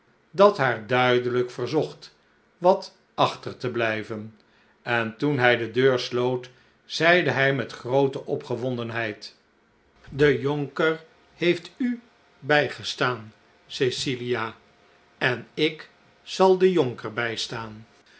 dat haar duidelijk verzocht wat achter te blijven en toen hij de deur sloot zeide hij met groote opgewondenheid de jonker heeft u bijgestaan cecilia enik zal den jonker bijstaan